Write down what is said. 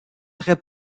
très